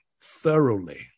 thoroughly